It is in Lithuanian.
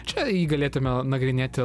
čia jį galėtume nagrinėti